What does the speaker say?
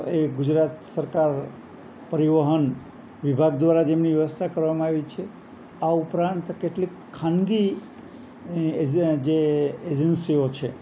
એ ગુજરાત સરકાર પરિવહન વિભાગ દ્વારા જ એમની વ્યવસ્થા કરવામાં આવી છે આ ઉપરાંત કેટલીક ખાનગી અને જે એજન્સીઓ છે